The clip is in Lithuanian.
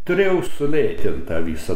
turėjau sulėtint tą visą